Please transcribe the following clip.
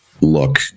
look